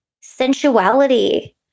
sensuality